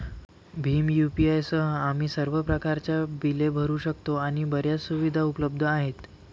Bhim UPI सह, आम्ही सर्व प्रकारच्या बिले भरू शकतो आणि बर्याच सुविधा उपलब्ध आहेत